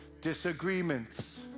Disagreements